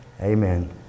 amen